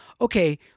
okay